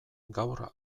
gaur